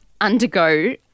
undergo